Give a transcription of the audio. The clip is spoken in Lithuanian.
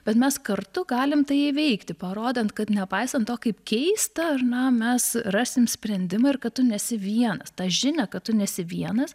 bet mes kartu galim tai įveikti parodant kad nepaisant to kaip keista ar ne mes rasim sprendimą ir kad tu nesi vienas tą žinią kad tu nesi vienas